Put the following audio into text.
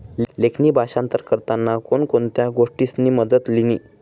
लेखणी भाषांतर करताना कोण कोणत्या गोष्टीसनी मदत लिनी